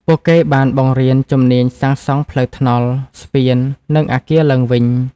ពួកគេបានបង្រៀនជំនាញសាងសង់ផ្លូវថ្នល់ ស្ពាន និងអគារឡើងវិញ។